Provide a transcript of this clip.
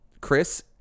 Chris